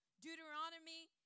Deuteronomy